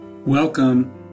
Welcome